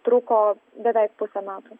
truko beveik pusę metų